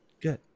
Good